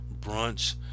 brunch